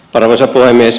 arvoisa puhemies